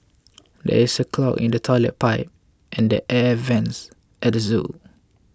there is a clog in the Toilet Pipe and the Air Vents at zoo